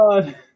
god